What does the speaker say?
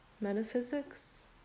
Metaphysics